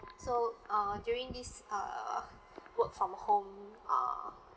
so uh during this err work from home uh